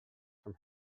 from